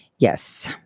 Yes